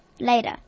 later